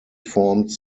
formed